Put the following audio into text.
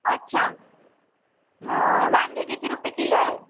अच्छा वांगे किती रुपये किलो आहे